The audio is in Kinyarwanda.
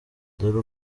dore